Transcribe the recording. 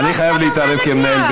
אני לא סתם אומרת לך.